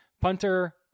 Punter